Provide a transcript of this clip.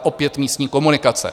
Opět místní komunikace.